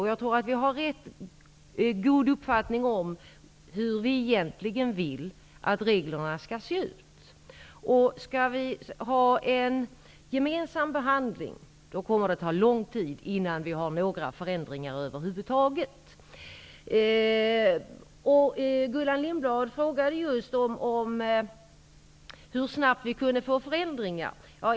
Jag tror att vi har en rätt god uppfattning om hur vi egentligen vill att reglerna skall se ut. Men skulle vi ha en gemensam behandling, kommer det att ta lång tid innan vi får några förändringar över huvud taget. Gullan Lindblad frågade hur snabbt vi kunde genomföra förändringar.